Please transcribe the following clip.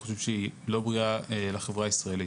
אנחנו חושבים שהיא לא ראויה לחברה הישראלית.